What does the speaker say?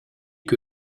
que